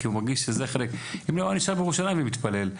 אחרת הוא יכול היה להישאר בירושלים ולהתפלל.